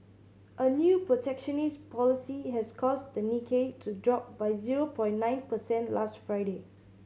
a new protectionist policy has caused the Nikkei to drop by zero point nine percent last Friday